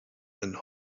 and